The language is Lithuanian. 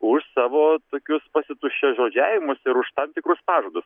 už savo tokius pasituščiažodžiavimus ir už tam tikrus pažadus